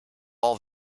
all